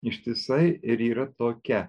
ištisai ir yra tokia